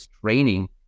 training